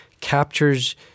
captures